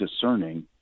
discerning